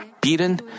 beaten